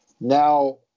Now